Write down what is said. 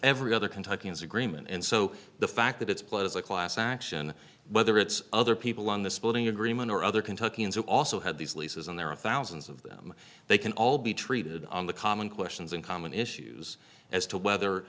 every other kentucky has agreement and so the fact that it's played as a class action whether it's other people in this building agreement or other kentucky and who also had these leases and there are thousands of them they can all be treated on the common questions and common issues as to